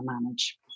manage